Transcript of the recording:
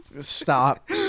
Stop